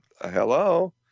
hello